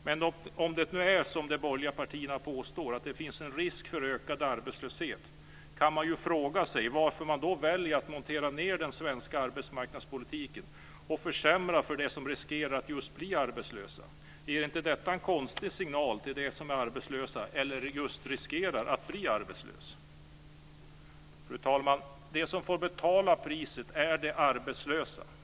Men om det nu är som de borgerliga partierna påstår, dvs. att det finns en risk för ökad arbetslöshet, kan man fråga sig varför de väljer att montera ned den svenska arbetsmarknadspolitiken och försämra för dem som riskerar att bli arbetslösa. Ger inte detta en konstig signal till dem som är arbetslösa eller riskerar att bli arbetslösa? Fru talman! De som får betala priset är de arbetslösa.